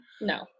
no